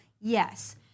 yes